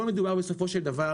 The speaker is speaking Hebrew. פה מדובר בסופו של דבר,